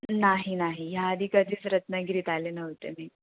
नाही नाही ह्या आधी कधीच रत्नागिरीत आले नव्हते नाही